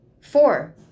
four